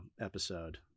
episode